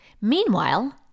Meanwhile